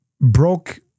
broke